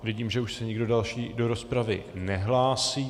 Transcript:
Vidím, že už se nikdo další do rozpravy nehlásí.